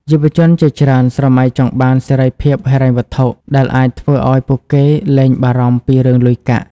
យុវជនជាច្រើនស្រមៃចង់បានសេរីភាពហិរញ្ញវត្ថុ ដែលអាចធ្វើឱ្យពួកគេលែងបារម្ភពីរឿងលុយកាក់។